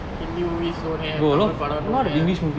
hindi movies don't have tamil படம்:padam don't have